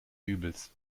übels